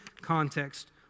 context